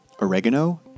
oregano